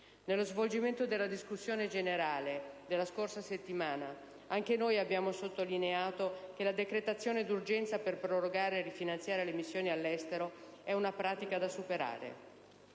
Nello svolgimento della discussione generale della scorsa settimana, anche noi abbiamo sottolineato che la decretazione d'urgenza per prorogare e rifinanziare le missioni all'estero è un pratica da superare